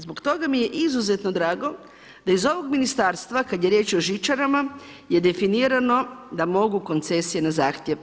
Zbog toga mi je izuzetno drago da iz ovog ministarstva kad je riječ o žičarama je definirano da mogu koncesije na zahtjev.